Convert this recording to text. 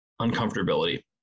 uncomfortability